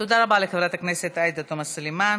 תודה רבה לחברת הכנסת עאידה תומא סלימאן.